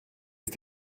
ist